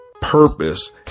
purpose